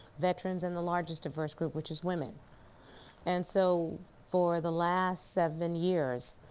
veterans and the largest diverse group, which is women and so for the last seven years